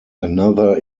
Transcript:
another